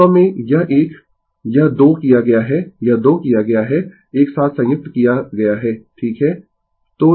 वास्तव में यह एक यह 2 किया गया है यह 2 किया गया है एक साथ संयुक्त किया गया है ठीक है